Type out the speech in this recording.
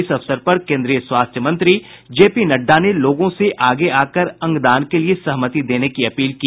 इस अवसर पर केन्द्रीय स्वास्थ्य मंत्री जेपी नड्डा ने लोगों से आगे आकर अंगदान के लिए सहमति देने की अपील की